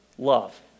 Love